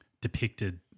depicted